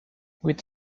with